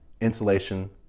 insulation